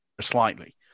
Slightly